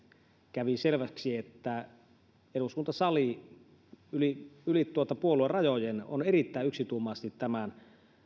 kävi selväksi että eduskuntasali yli yli puoluerajojen on erittäin yksituumaisesti tämän